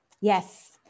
Yes